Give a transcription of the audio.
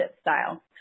style